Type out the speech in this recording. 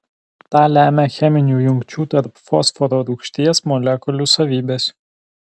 tą lemia cheminių jungčių tarp fosforo rūgšties molekulių savybės